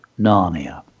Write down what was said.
Narnia